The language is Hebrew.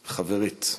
חברית,